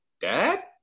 dad